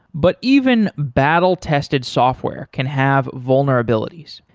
but even battle-tested software can have vulnerabilities.